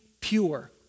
pure